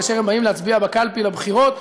כאשר הם באים להצביע בקלפי בבחירות,